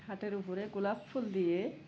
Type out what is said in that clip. হাতের উপরে গোলাপ ফুল দিয়ে